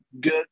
good